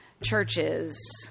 churches